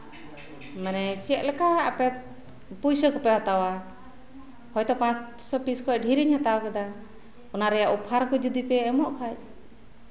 ᱢᱟᱱᱮ ᱪᱮᱫ ᱞᱮᱠᱟ ᱟᱯᱮ ᱯᱩᱭᱥᱟᱹ ᱯᱮ ᱦᱟᱛᱟᱣᱟ ᱦᱚᱭᱛᱳ ᱯᱟᱸᱥᱥᱳ ᱯᱤᱥ ᱠᱷᱚᱡ ᱰᱷᱮᱨ ᱤᱧ ᱦᱟᱛᱟᱣ ᱠᱮᱫᱟ ᱚᱱᱟ ᱨᱮᱭᱟᱜ ᱚᱯᱷᱟᱨ ᱠᱚ ᱡᱚᱫᱤᱯᱮ ᱮᱢᱚᱜ ᱠᱷᱟᱡ